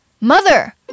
Mother